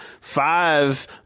five